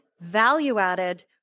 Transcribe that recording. value-added